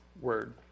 word